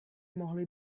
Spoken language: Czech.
mohly